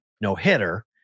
no-hitter